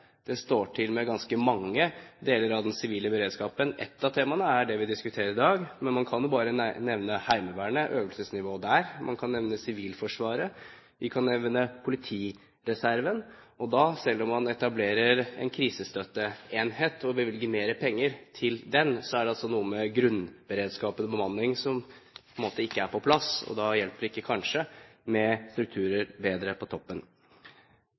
det står til med ganske mange deler av den sivile beredskapen. Et av temaene er det vi diskuterer i dag. Men man kan jo bare nevne øvelsesnivået i Heimevernet. Man kan nevne Sivilforsvaret. Vi kan nevne politireserven. Og da er det altså, selv om man etablerer en krisestøtteenhet og bevilger mer penger til den, noe med grunnberedskapen og bemanningen som på en måte ikke er på plass. Da hjelper det kanskje ikke med bedre strukturer på toppen.